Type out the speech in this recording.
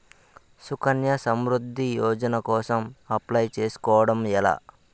సుకన్య సమృద్ధి యోజన కోసం అప్లయ్ చేసుకోవడం ఎలా?